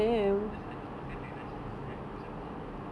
ya I just I just makan the nasi then I put some chili on top